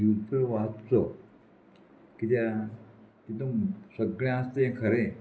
news paper वाचो कित्या कित्याक सगळें आसता हें खरें